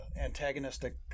Antagonistic